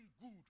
good